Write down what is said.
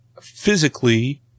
physically